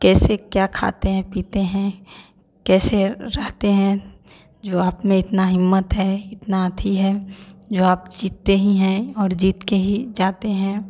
कैसे क्या खाते हैं पीते हैं कैसे रहते हैं जो आप में इतना हिम्मत है इतना अति है जो आप जीतते ही हैं और जीत के ही जाते हैं